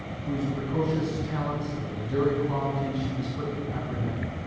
whose precocious talents and enduring qualities she was quick to apprehend.